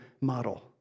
model